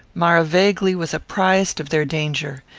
maravegli was apprized of their danger.